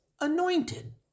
anointed